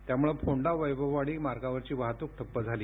त्यामुळे फोंडा वैभववाडी मार्गावरची वाहतूक ठप्प झाली